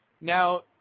Now